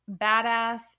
badass